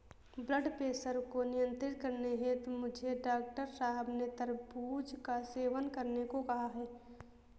blood pressure को नियंत्रित करने हेतु मुझे डॉक्टर साहब ने तरबूज का सेवन करने को कहा है